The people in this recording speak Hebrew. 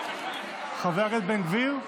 חבר הכנסת בן גביר?